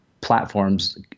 platforms